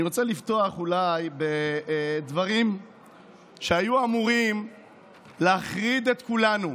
אני רוצה לפתוח אולי בדברים שהיו אמורים להחריד את כולנו.